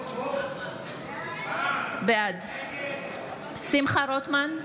בעד שמחה רוטמן,